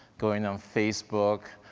going on facebook,